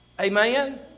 Amen